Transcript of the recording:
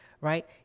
right